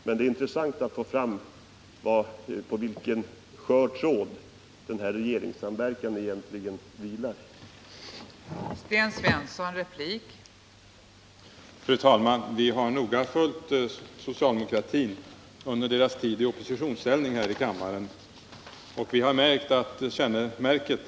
Det är intressant att få fram bevis för vilken skör tråd deras regeringssamverkan egentligen hänger på.